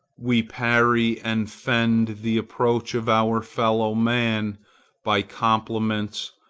we parry and fend the approach of our fellow-man by compliments,